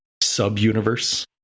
sub-universe